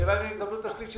השאלה אם הם יקבלו אותם.